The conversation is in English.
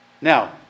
Now